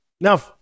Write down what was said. Now